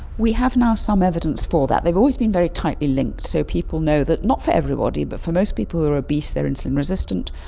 we have now some evidence for that. they have always been very tightly linked, so people know that not for everybody but for most people who are obese they are insulin resistant,